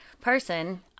person